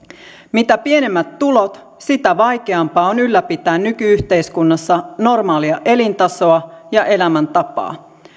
mitä pienemmät tulot sitä vaikeampaa on ylläpitää nyky yhteiskunnassa normaalia elintasoa ja elämäntapaa